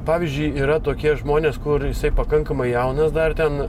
pavyzdžiui yra tokie žmonės kur jisai pakankamai jaunas dar ten